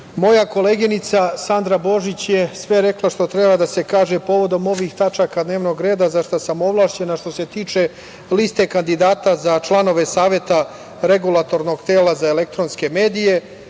moja koleginica Sandra Božić je sve rekla što treba da se kaže povodom ovih tačaka dnevnog reda za šta sam ovlašćen, a što se tiče liste kandidata za članove Saveta Regulatornog tela za elektronske medije. Dobili